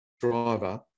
driver